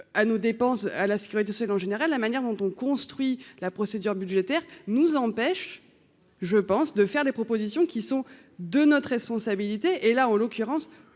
à nos dépenses à la sécurité sociale en général, la manière dont on construit la procédure budgétaire nous empêche, je pense, de faire des propositions qui sont de notre responsabilité et là en l'occurrence,